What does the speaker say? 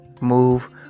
Move